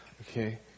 okay